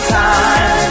time